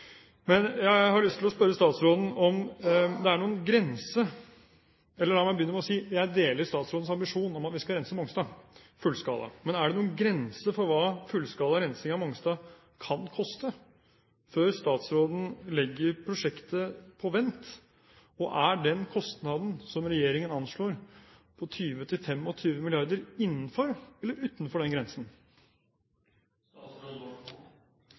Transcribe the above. men er det noen grense for hva fullskala rensing av Mongstad kan koste før statsråden legger prosjektet på vent? Og er den kostnaden som regjeringen anslår, på 20–25 mrd. kr, innenfor eller utenfor den